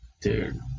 dude